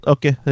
Okay